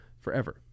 forever